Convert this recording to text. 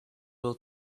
will